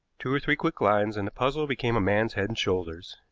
two or three quick lines, and the puzzle became a man's head and shoulders.